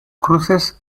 cruces